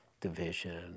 division